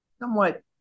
Somewhat